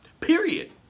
period